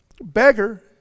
beggar